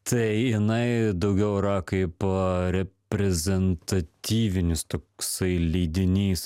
tai jinai daugiau yra kaip reprezentatyvinis toksai leidinys